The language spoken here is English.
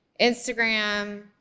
Instagram